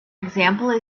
example